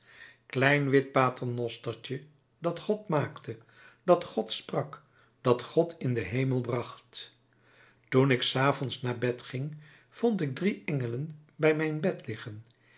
klein wit paternostertje dat god maakte dat god sprak dat god in den hemel bracht toen ik s avonds naar bed ging vond ik drie engelen bij mijn bed liggen